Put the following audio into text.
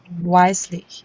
wisely